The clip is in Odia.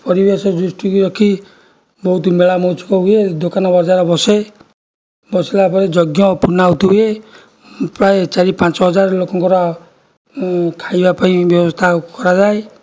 ପରିବେଶ ଦୃଷ୍ଟିକି ରଖି ବହୁତ ମେଳା ମହୋତ୍ସବ ହୁଏ ଦୋକାନ ବଜାର ବସେ ବସିଲା ପରେ ଯଜ୍ଞ ପୂର୍ଣ୍ଣାହୂତି ହୁଏ ପ୍ରାୟ ଚାରି ପାଞ୍ଚ ହଜାର ଲୋକଙ୍କର ଖାଇବାପାଇଁ ବ୍ୟବସ୍ଥା କରାଯାଏ